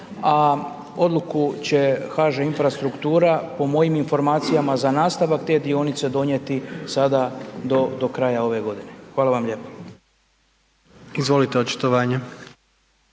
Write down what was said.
a odluku će HŽ Infrastruktura, po mojim informacijama za nastavak te dionice donijeti sada do kraja ove godine. Hvala vam lijepo. **Jandroković,